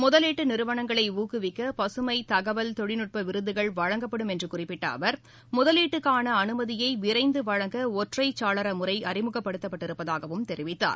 முதலீட்டு நிறுவனங்களை ஊக்குவிக்க பசுமை தகவல் தொழில்நுட்ப விருதுகள் வழங்கப்படும் என்று குறிப்பிட்ட அவர் முதலீட்டுக்கான அனுமதியை விரைந்து வழங்க ஒற்றை சாளர முறை அறிமுகப்படுத்தப்பட்டிருப்பதாகவும் தெரிவித்தார்